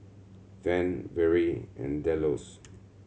Van Vere and Delos